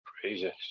Crazy